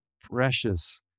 precious